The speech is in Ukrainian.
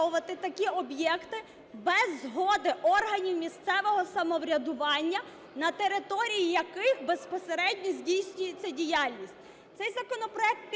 такі об'єкти без згоди органів місцевого самоврядування, на території яких безпосередньо здійснюється діяльність. Цей законопроект